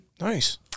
Nice